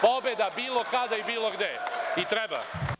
Pobeda bilo kada i bilo gde, i treba.